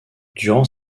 durant